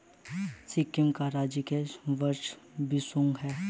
सिक्किम का राजकीय वृक्ष बुरांश है